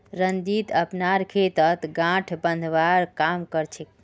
रंजीत अपनार खेतत गांठ बांधवार काम कर छेक